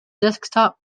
desktop